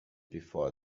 before